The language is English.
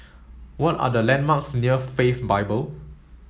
what are the landmarks near Faith Bible